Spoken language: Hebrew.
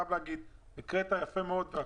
הקראת יפה מאוד.